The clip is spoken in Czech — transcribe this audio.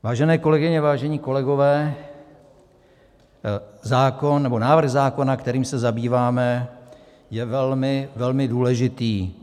Vážené kolegyně, vážení kolegové, návrh zákona, kterým se zabýváme, je velmi, velmi důležitý.